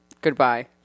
Goodbye